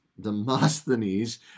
Demosthenes